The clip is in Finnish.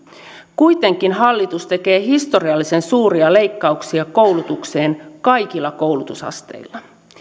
kuitenkin hallitus tekee historiallisen suuria leikkauksia koulutukseen kaikilla koulutusasteilla